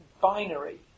binary